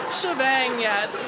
shebang yet.